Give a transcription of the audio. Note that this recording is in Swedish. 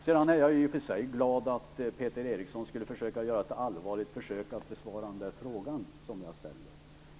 I och för sig är jag glad över att Peter Eriksson ville göra ett allvarligt försök att besvara den fråga som jag ställt.